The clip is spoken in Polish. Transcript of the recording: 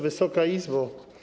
Wysoka Izbo!